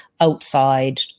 outside